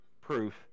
proof